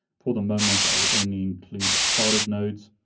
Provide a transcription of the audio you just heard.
for the moment, i'll only include started nodes.